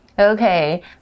Okay